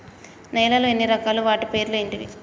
నేలలు ఎన్ని రకాలు? వాటి పేర్లు ఏంటివి?